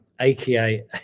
aka